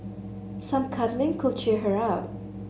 some cuddling could cheer her up